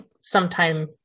sometime